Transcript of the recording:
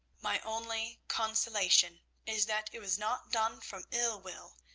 my only consolation is that it was not done from ill-will,